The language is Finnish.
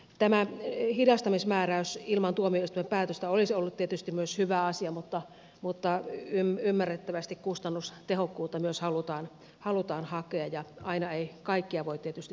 myös hidastamismääräys ilman tuomioistuimen päätöstä olisi ollut tietysti hyvä asia mutta ymmärrettävästi kustannustehokkuutta myös halutaan hakea ja aina ei kaikkea voi tietysti sisällyttää esityksiin